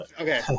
Okay